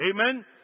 amen